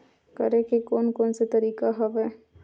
करे के कोन कोन से तरीका हवय?